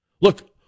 Look